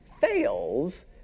fails